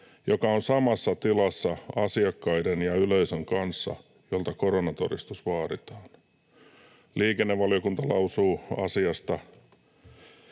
joka on samassa tilassa asiakkaiden ja yleisön kanssa, jolta koronatodistus vaaditaan.” Liikennevaliokunta lausuu asiasta: